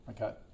Okay